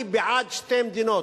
אני בעד שתי מדינות,